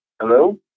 Hello